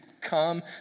come